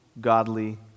godly